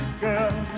girl